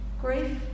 Grief